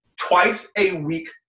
twice-a-week